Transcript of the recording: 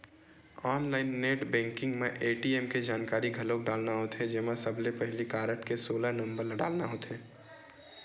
online net banking म ATM के जानकारी घलोक डालना होथे जेमा सबले पहिली कारड के सोलह नंबर ल डालना होथे